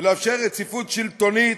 לאפשר רציפות שלטונית